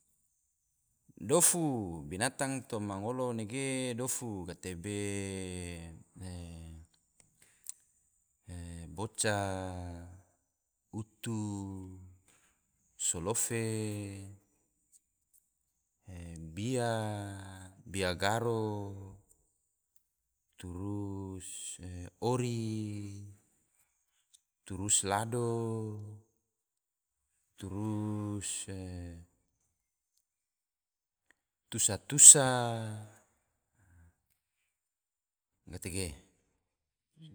Dofu, binatang toma ngolo ge dofu, gatebe boca, utu, solofe, bia, bia garo, turus ori, turus lado, turus tusa-tusa, gatege